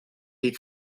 die